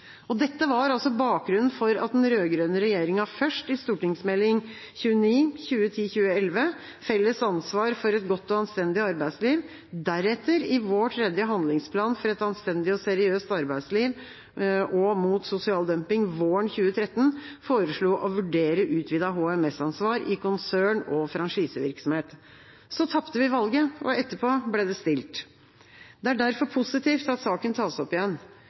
Dette var bakgrunnen for at den rød-grønne regjeringa, først i Meld. St. 29 for 2010–2011, Felles ansvar for eit godt og anstendig arbeidsliv, og deretter i vår tredje handlingsplan for et anstendig og seriøst arbeidsliv og mot sosial dumping våren 2013 foreslo å vurdere et utvidet HMS-ansvar i konsern- og franchisevirksomhet. Så tapte vi valget, og etterpå ble det stille. Det er derfor positivt at saken tas opp igjen.